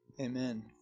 Amen